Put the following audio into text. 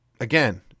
Again